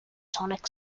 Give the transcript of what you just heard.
sonic